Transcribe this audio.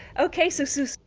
okay, so. so